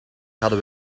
hadden